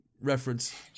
reference